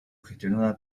gestionada